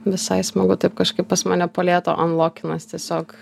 visai smagu taip kažkaip pas mane po lėto anlokinas tiesiog